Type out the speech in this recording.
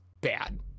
bad